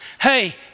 Hey